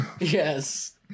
yes